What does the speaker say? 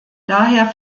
daher